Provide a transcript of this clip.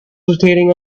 rotating